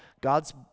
God's